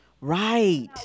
Right